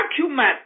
document